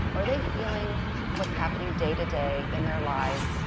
are they feeling what's happening day to day in their lives,